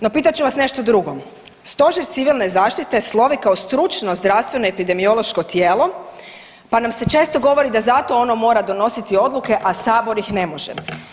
No pitat ću vas nešto drugo, Stožer civilne zaštite slovi kao stručno zdravstveno epidemiološko tijelo pa nam se često govori da zato ono mora donositi odluke, a Sabor ih ne može.